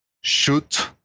shoot